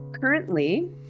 Currently